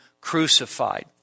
crucified